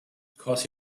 because